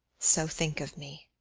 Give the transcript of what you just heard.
so think of me.